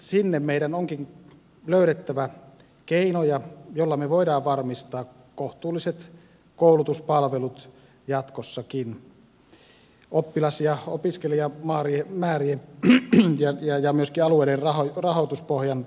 sinne meidän onkin löydettävä keinoja joilla me voimme varmistaa kohtuulliset koulutuspalvelut jatkossakin oppilas ja opiskelijamäärien ja myöskin alueiden rahoituspohjan heikkenemisestä huolimatta